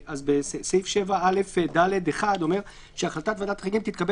סעיף 7א(ד) (1) אומר שהחלטת ועדת החריגים תתקבל